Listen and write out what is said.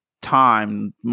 time